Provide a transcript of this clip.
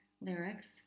lyrics